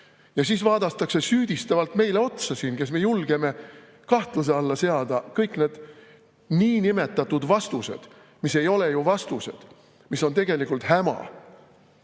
Ja siis vaadatakse siin süüdistavalt otsa meile, kes me julgeme kahtluse alla seada kõik need niinimetatud vastused, mis ei ole ju vastused, vaid on tegelikult häma.